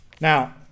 Now